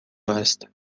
است